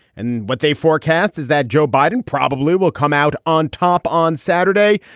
and what they forecast is that joe biden probably will come out on top on saturday,